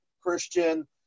Christian